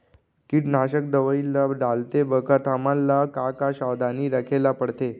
कीटनाशक दवई ल डालते बखत हमन ल का का सावधानी रखें ल पड़थे?